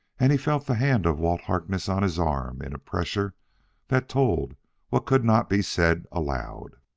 and he felt the hand of walt harkness on his arm in a pressure that told what could not be said aloud.